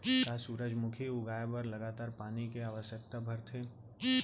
का सूरजमुखी उगाए बर लगातार पानी के आवश्यकता भरथे?